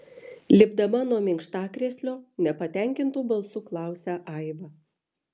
lipdama nuo minkštakrėslio nepatenkintu balsu klausia aiva